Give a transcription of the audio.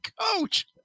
Coach